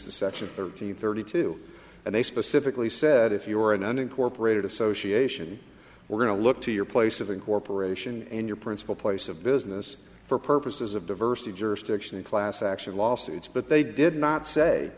section thirteen thirty two and they specifically said if you are an unincorporated association we're going to look to your place of incorporation and your principal place of business for purposes of diversity jurisdiction in class action lawsuits but they did not say